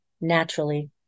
naturally